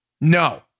No